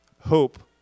Hope